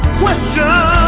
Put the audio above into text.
question